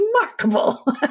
remarkable